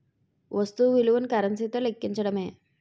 వస్తు విలువను కరెన్సీ తో లెక్కించడమే